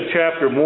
chapter